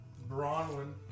Bronwyn